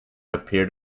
appeared